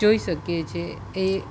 જોઈ શકીએ છીએ એ